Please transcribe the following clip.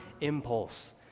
impulse